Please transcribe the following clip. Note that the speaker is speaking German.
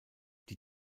die